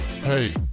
Hey